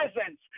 presence